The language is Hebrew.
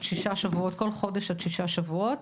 שישה שבועות כל חודש עד שישה שבועות.